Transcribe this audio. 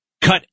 Cut